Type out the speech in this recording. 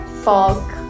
fog